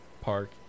park